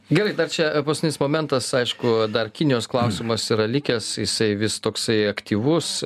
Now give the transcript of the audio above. gerai dar čia paskutinis momentas aišku dar kinijos klausimas yra likęs jisai vis toksai aktyvus